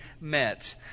met